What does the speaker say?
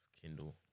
kindle